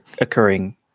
occurring